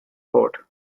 port